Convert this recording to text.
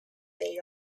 way